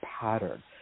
pattern